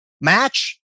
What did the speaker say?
match